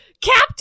Captain